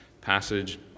passage